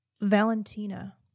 Valentina